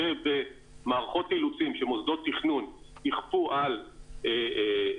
ובמערכות אילוצים שמוסדות תכנון יכפו על קבלנים